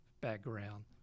background